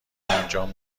انجام